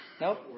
Nope